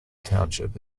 township